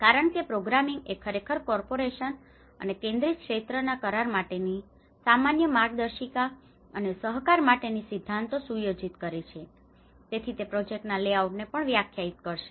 કારણ કે પ્રોગ્રામિંગ એ ખરેખર કોર્પોરેશન અને કેન્દ્રિત ક્ષેત્રોના કરાર માટેની સામાન્ય માર્ગદર્શિકા અને સહકાર માટેના સિદ્ધાંતો સુયોજિત કરે છે તેથી તે પ્રોજેક્ટના લેઆઉટને પણ વ્યાખ્યાયિત કરશે